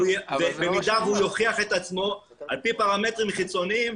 במידה שהוא יוכיח את עצמו על פי פרמטרים חיצוניים.